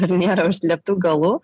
ar nėra užslėptų galų